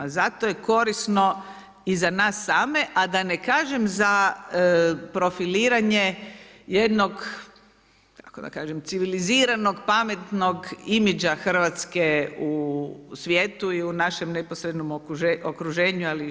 Zato je korisno i za nas same a da ne kažem za profiliranje jednog, kako da kažem civiliziranog, pametnog imidža Hrvatske u svijetu i u našem neposrednom okruženju ali i šire.